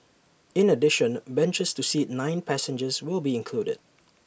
in addition benches to seat nine passengers will be included